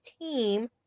team